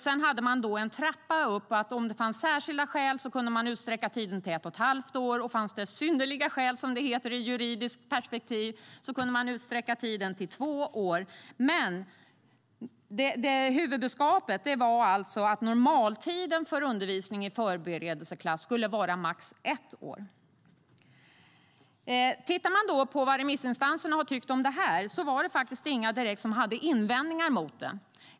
Sedan hade man en trappa upp; om det fanns särskilda skäl kunde man utsträcka tiden till ett och ett halvt år. Om det fanns synnerliga skäl, som det heter i juridiskt perspektiv, kunde man utsträcka tiden till två år. Huvudbudskapet var alltså att normaltiden för undervisning i förberedelseklass skulle vara max ett år. Om man tittar på vad remissinstanserna har tyckt om detta ser man att ingen direkt hade invändningar.